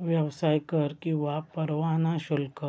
व्यवसाय कर किंवा परवाना शुल्क